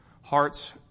hearts